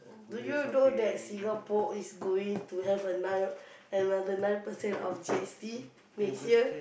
do you know that Singapore is going to have ano~ another nine percent of G_S_T next year